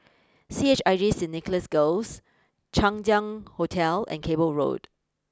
C H I J Saint Nicholas Girls Chang Ziang Hotel and Cable Road